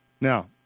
Now